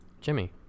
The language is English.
jimmy